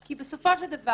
כי בסופו של דבר,